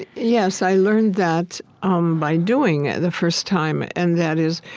yes. i learned that um by doing it the first time. and that is,